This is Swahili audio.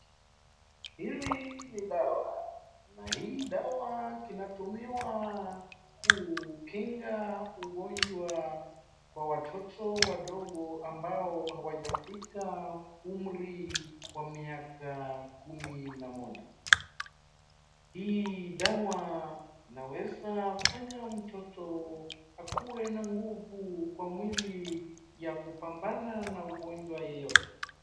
Hili ni dawa ,na hii dawa kinatumiwa kukinga ugonjwa kwa watoto wadogo ambao hawajafika umri wa miaka kumi na moja , hii dawa inaeza fanya mtoto akuwe na nguvu kwa mwili ya kupambana na ugonjwa yeyote.